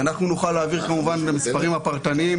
אנחנו נוכל להעביר כמובן את המספרים הפרטניים.